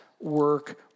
work